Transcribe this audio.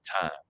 time